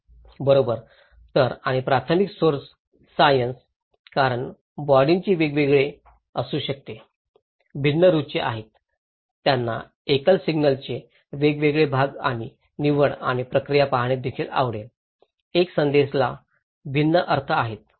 बरोबर तर आणि प्राथमिक सोर्स सायन्स कारण बॉडींचे वेगवेगळे हेतू भिन्न रुची आहे त्यांना एकल सिग्नलचे वेगवेगळे भाग आणि निवड आणि प्रक्रिया पाहणे देखील आवडेल एका संदेशाला भिन्न अर्थ आहेत